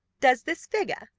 does this figure,